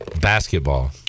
basketball